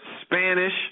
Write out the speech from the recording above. Spanish